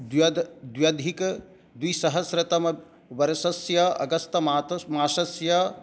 द्व्यद् द्व्यधिकद्विसहस्त्रतमवर्षस्य अगस्तमात् मासस्य